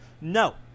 no